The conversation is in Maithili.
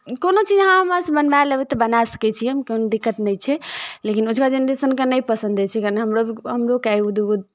कोनो चीज अहाँ हमरासँ बनबाए लेबै तऽ बनाए सकै छी हम कोनो दिक्कत नहि छै लेकिन अजुका जेनरेशनकेँ नहि पसन्द रहै छै कारण हमरो हमरो भी कए गो एगो दूगो